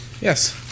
Yes